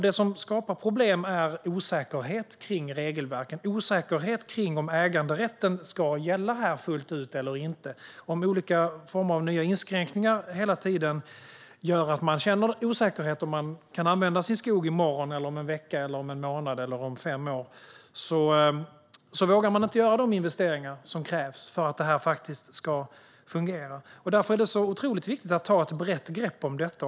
Det som skapar problem är osäkerhet kring regelverket - osäkerhet kring om äganderätten ska gälla fullt ut eller inte. Om olika former av nya inskränkningar hela tiden gör att man känner osäkerhet inför om man kan använda sin skog i morgon, om en vecka, om en månad eller om fem år vågar man inte göra de investeringar som krävs för att det hela ska fungera. Därför är det otroligt viktigt att ta ett brett grepp kring detta.